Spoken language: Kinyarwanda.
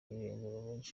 irengero